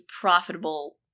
profitable